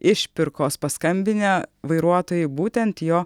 išpirkos paskambinę vairuotojui būtent jo